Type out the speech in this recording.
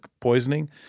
poisoning